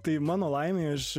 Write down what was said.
tai mano laimei aš